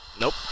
Nope